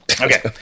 Okay